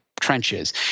trenches